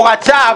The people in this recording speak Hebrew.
הוא רצה,